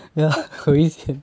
ya 有一点